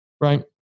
Right